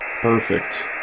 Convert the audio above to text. Perfect